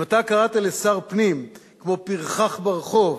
אם אתה קראת לשר פנים: כמו פרחח ברחוב,